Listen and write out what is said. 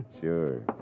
Sure